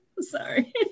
Sorry